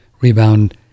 Rebound